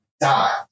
die